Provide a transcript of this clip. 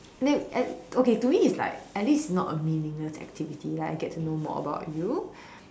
no as okay to me it's like at least it's not a meaningless activity like I get to know more about you